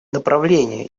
направление